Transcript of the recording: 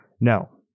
no